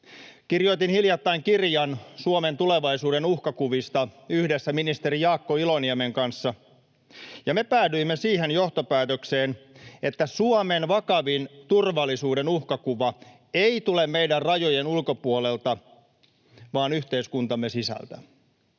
Kirjoitin hiljattain kirjan Suomen tulevaisuuden uhkakuvista yhdessä ministeri Jaakko Iloniemen kanssa, ja me päädyimme siihen johtopäätökseen, että Suomen vakavin turvallisuuden uhkakuva ei tule meidän rajojen ulkopuolelta vaan yhteiskuntamme sisältä